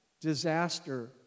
disaster